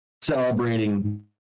celebrating